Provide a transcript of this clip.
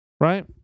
right